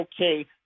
okay